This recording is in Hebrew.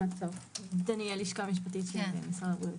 אני מהלשכה המשפטית של משרד הבריאות.